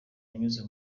anyuze